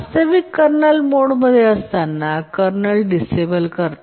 वास्तविक कर्नल मोडमध्ये असताना कर्नल डिसेबल करते